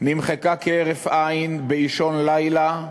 נמחקה כהרף ליל באישון לילה,